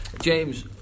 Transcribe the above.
James